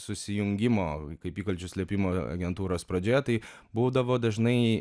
susijungimo kaip įkalčių slėpimo agentūros pradžioje tai būdavo dažnai